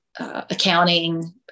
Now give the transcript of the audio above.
Accounting